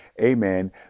amen